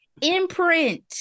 imprint